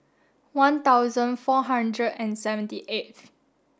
one thousand four hundred and seventy eighth